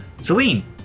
Celine